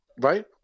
right